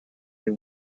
they